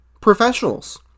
professionals